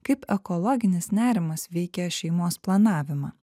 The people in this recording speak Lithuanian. kaip ekologinis nerimas veikia šeimos planavimą